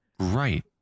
Right